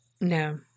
No